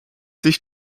sich